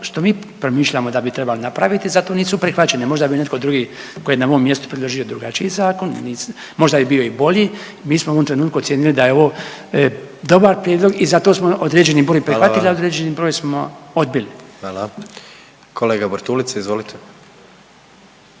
što mi promišljamo da bi trebalo napraviti zato nisu prihvaćene. Možda bi netko drugi tko je na mom mjestu predložio drugačiji zakon, možda bi bio i bolji. Mi smo u ovom trenutku ocijenili da je ovo dobar prijedlog i zato smo određeni broj …/Upadica: Hvala vam./… prihvatili, a određeni broj smo odbili. **Jandroković, Gordan